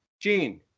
Gene